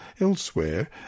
elsewhere